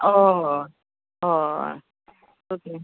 हय हय ओके